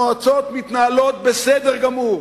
המועצות מתנהלות בסדר גמור,